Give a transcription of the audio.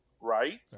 right